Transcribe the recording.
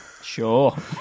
Sure